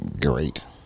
Great